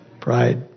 Pride